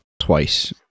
twice